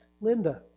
Linda